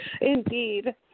indeed